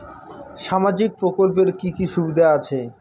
সামাজিক প্রকল্পের কি কি সুবিধা আছে?